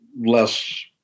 less